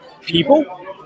people